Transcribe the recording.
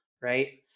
right